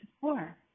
four